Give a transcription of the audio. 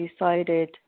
decided